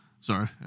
sorry